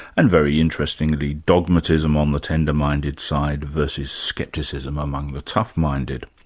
and very interestingly dogmatism on the tender-minded side versus scepticism among the tough-minded.